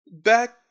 back